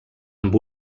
amb